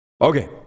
Okay